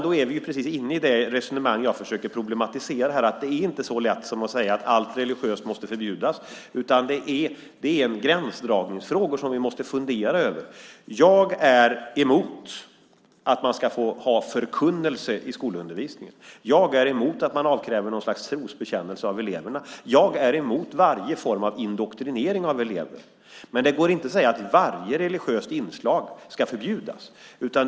Då är vi precis inne i det resonemang jag försöker problematisera, nämligen att det är inte så lätt som att säga att allt religiöst måste förbjudas. Det här är gränsdragningsfrågor som vi måste fundera över. Jag är emot förkunnelse i skolundervisning. Jag är emot att avkräva något slags trosbekännelse av eleverna. Jag är emot varje form av indoktrinering av elever. Men det går inte att säga att varje religiöst inslag ska förbjudas.